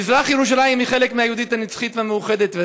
מזרח ירושלים היא חלק מהיהודית הנצחית והמאוחדת,